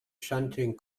shunting